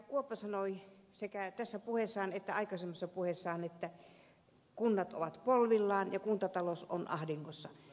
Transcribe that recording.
kuoppa sanoi sekä tässä puheessaan että aikaisemmassa puheessaan että kunnat ovat polvillaan ja kuntatalous on ahdingossa